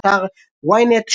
באתר ynet,